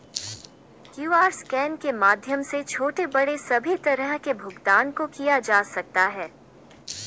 QR scan के माध्यम से छोटे बड़े सभी तरह के भुगतान को किया जा सकता है